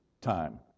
time